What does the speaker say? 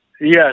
Yes